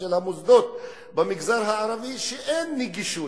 ושל המוסדות במגזר הערבי שאין בהם נגישות,